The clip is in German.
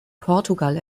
portugal